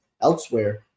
elsewhere